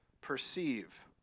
perceive